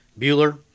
Bueller